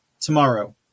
tomorrow